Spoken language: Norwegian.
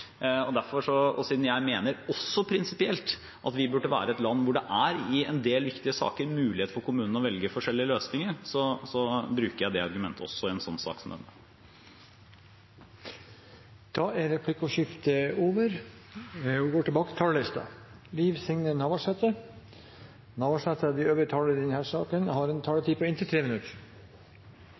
og siden jeg prinsipielt mener at Norge bør være et land hvor det i en del viktige saker er mulighet for kommunene å velge forskjellige løsninger, bruker jeg det argumentet også i en sak som denne. Replikkordskiftet er omme. De talere som heretter får ordet, har en taletid på inntil 3 minutter. Denne saka er ein viktig milepæl for nynorsk og for å fremje eit samfunn der ungar og ungdom kan bruke, lære og få kunnskap på